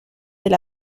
del